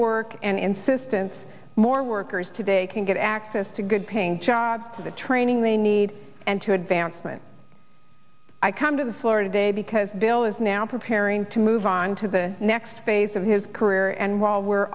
work and insistence more workers today can get access to good paying jobs to the training they need and to advancement i come to the floor today because bill is now preparing to move on to the next phase of his career and while we're all